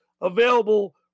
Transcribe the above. available